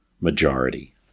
majority